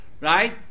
Right